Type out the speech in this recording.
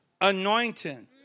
anointing